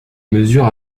mesure